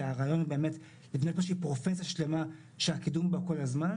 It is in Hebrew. הרעיון הוא לבנות פרופסיה שלמה שהקידום בה כל הזמן.